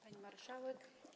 Pani Marszałek!